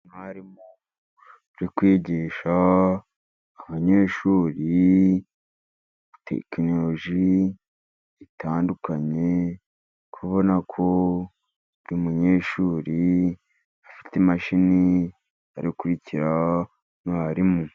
Umwarimuri uri kwigisha abanyeshuri tekinoloji zitandukanye, uri kubona ko buri munyeshuri afite imashini ari gukurikira mwarimu.